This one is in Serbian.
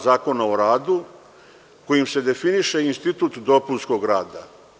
Zakona o radu kojim se definiše institut dopunskog rada.